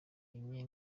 enye